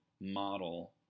model